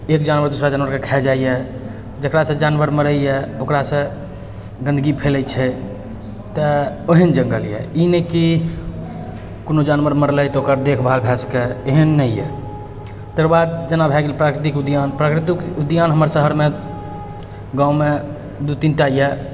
एक जानवर दूसरा जानवरके खै जाइए जकरासँ जानवर मरैए ओकरासँ गन्दगी फैलै छै तऽ ओहन जङ्गल अइ ई नहिकि कोनो जानवर मरलै तऽ ओकर देखभाल भऽ सकैए एहन नहि अइ तकर बाद जेना भऽ गेल प्राकृतिक उद्यान प्राकृतिक उद्यान हमर शहरमे गाँवमे दू तीनटा अइ